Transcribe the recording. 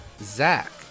zach